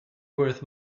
worth